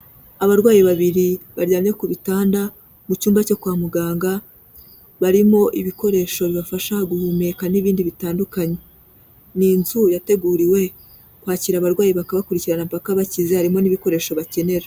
Abarwayi babiri baryamye ku bitanda mu cyumba cyo kwa muganga, barimo ibikoresho bibafasha guhumeka n'ibindi bitandukanye. Ni inzu yateguriwe kwakira abarwayi bakabakurikirana mpaka bakize, harimo n'ibikoresho bakenera.